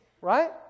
Right